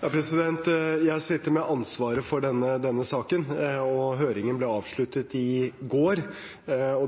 Jeg sitter med ansvaret for denne saken, og høringen ble avsluttet i går.